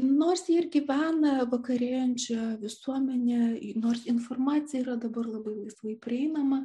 nors ji ir gyvena vakarėjančią visuomenę nors informacija yra dabar labai laisvai prieinama